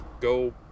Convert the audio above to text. go